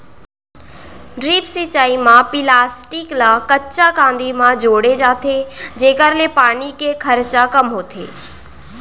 drip सिंचई म plastic ल कच्चा कांदी म जोड़े जाथे जेकर ले पानी के खरचा कम होथे